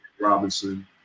Robinson